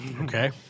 Okay